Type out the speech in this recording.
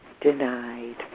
denied